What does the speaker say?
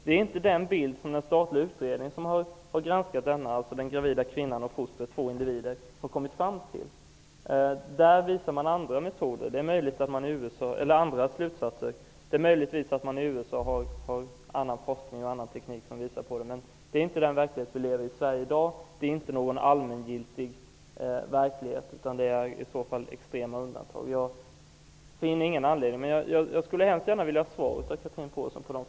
Det är inte den bild som den statliga utredningen, Den gravida kvinnan och fostret -- två individer, har kommit fram till. Där redovisar man andra slutsatser. Det är möjligt att man i USA har annan forskning och annan teknik. Men det är inte den verklighet vi i Sverige i dag lever i. Det är inte någon allmängiltig verklighet. Det är i så fall extrema undantag. Jag skulle gärna vilja ha svar av Chatrine Pålsson.